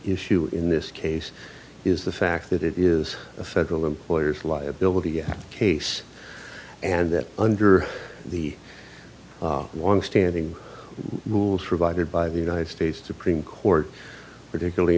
issue in this case is the fact that it is a federal employer's liability case and that under the longstanding rules revived by the united states supreme court particularly